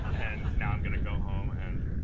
and you know i'm going to go home and